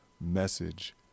message